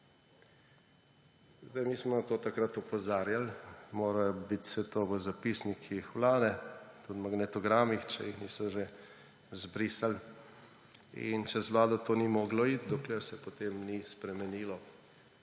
Mi smo na to takrat opozarjali, moralo bi biti vse to v zapisnikih vlade, tudi magnetogramih, če jih niso že izbrisali. In čez vlado to ni moglo iti, dokler se potem ni spremenilo